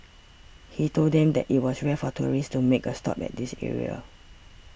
he told them that it was rare for tourists to make a stop at this area